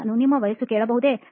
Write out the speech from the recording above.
ನಾನು ನಿಮ್ಮ ವಯಸ್ಸನ್ನು ಕೇಳಬಹುದೇ